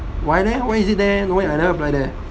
why leh why is it there no I never apply there